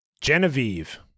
Genevieve